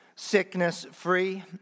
sickness-free